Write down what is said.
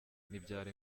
ntibyari